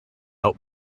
out